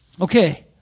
okay